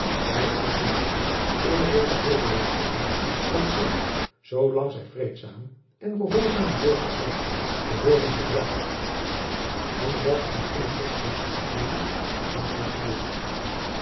bij ons te lande oordeelt de hooge regering dat zij zoolang zij vreedzame en gehoorzame burgers zijn behooren verdragen en zelfs in hunne godsdienstoefening gehandhaafd te worden